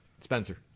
Spencer